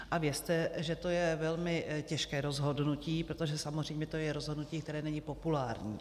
A vězte, že to je velmi těžké rozhodnutí, protože je to samozřejmě rozhodnutí, které není populární.